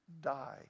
die